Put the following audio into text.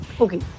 okay